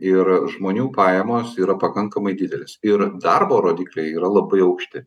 ir žmonių pajamos yra pakankamai didelės ir darbo rodikliai yra labai aukšti